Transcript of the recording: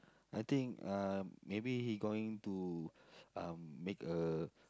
I think uh maybe he going to um make a